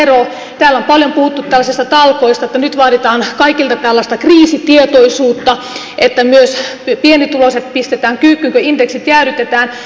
täällä on paljon puhuttu tällaisista talkoista että nyt vaaditaan kaikilta tällaista kriisitietoisuutta ja että myös pienituloiset pistetään kyykkyyn kun indeksit jäädytetään